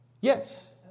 Yes